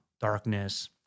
darkness